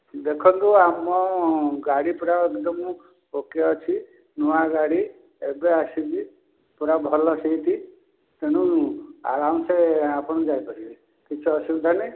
ଦେଖନ୍ତୁ ଆମ ଗାଡ଼ି ପୁରା ଏକ୍ଦମ୍ ଓ କେ ଅଛି ନୂଆ ଗାଡ଼ି ଏବେ ଆସିଛି ପୁରା ଭଲ ସିଟ୍ ତେଣୁ ଅରାମ୍ସେ ଆପଣ ଯାଇପାରିବେ କିଛି ଅସୁବିଧା ନାହିଁ